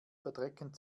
verdrecken